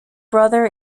brother